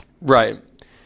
Right